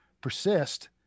persist